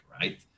right